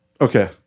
okay